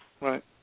Right